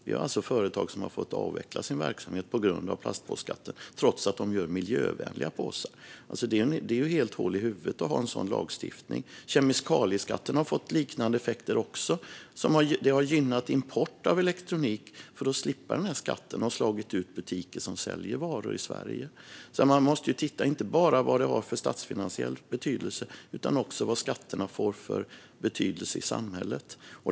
Vi har företag som har fått avveckla sin verksamhet på grund av plastpåseskatten, trots att de gör miljövänliga påsar. Det är helt hål i huvudet att ha en sådan lagstiftning. Kemikalieskatten har fått liknande effekter. Den har gynnat import av elektronik, för att man ska slippa skatten, och har slagit ut butiker som säljer varor i Sverige. Man måste titta inte bara på vad skatterna har för statsfinansiell betydelse utan också på vilken betydelse de får i samhället.